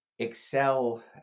Excel